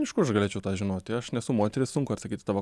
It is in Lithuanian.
iš kur aš galėčiau tą žinoti aš nesu moteris sunku atsakyt į tavo